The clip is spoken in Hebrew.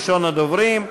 ראשון הדוברים,